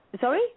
Sorry